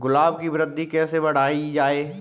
गुलाब की वृद्धि कैसे बढ़ाई जाए?